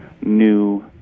new